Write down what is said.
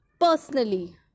personally